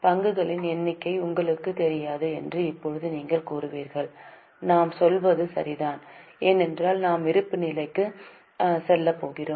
பங்குகளின் எண்ணிக்கை உங்களுக்குத் தெரியாது என்று இப்போது நீங்கள் கூறுவீர்கள் நாம் சொல்வது சரிதான் ஏனென்றால் நாம் இருப்புநிலைக்கு செல்லப்போகிறோம்